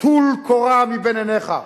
טול קורה מבין עיניך.